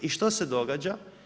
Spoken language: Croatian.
I što se događa?